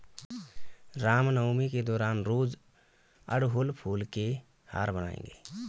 रामनवमी के दौरान रोज अड़हुल फूल के हार बनाएंगे